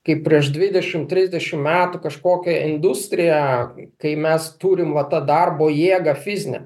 kaip prieš dvidešim trisdešim metų kažkokia industrija kai mes turim va tą darbo jėgą fizinę